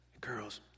Girls